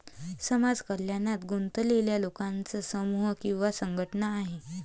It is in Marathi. समाज कल्याणात गुंतलेल्या लोकांचा समूह किंवा संघटना आहे